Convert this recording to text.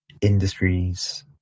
industries